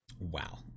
wow